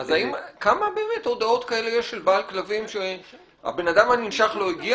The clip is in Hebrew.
אז כמה הודעות כאלה יש שהבן אדם הננשך לא הגיע